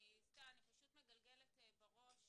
אני פשוט מגלגלת בראש